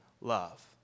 love